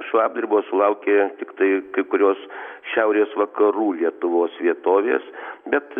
šlapdribos sulaukė tiktai kai kurios šiaurės vakarų lietuvos vietovės bet